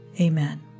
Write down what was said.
Amen